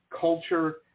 culture